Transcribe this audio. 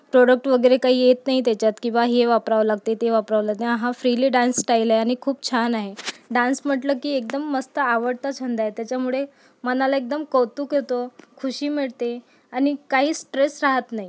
product वगैरे काही येत नाही त्याच्यात की बा हे वापरावं लागत आहे ते वापरावं लागतं आ हा फ्रीली डांस स्टाइल आहे आणि खूप छान आहे डान्स म्हटलं की एकदम मस्त आवडता छंद आहे त्याच्यामुळे मनाला एकदम कौतुक येतो खुशी मिळते आणि काहीच स्ट्रेस राहत नाही